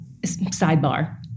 sidebar